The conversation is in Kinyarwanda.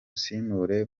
simubure